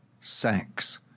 sex